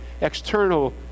external